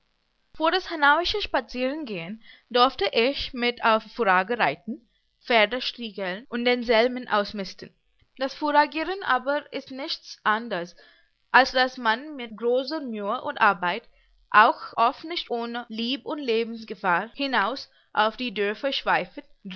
vor das hanauische spazierengehen dorfte ich mit auf furage reiten pferde striegeln und denselben ausmisten das furagiern aber ist nichts anders als daß man mit großer mühe und arbeit auch oft nicht ohn leib und lebensgefahr hinaus auf die